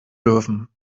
dürfen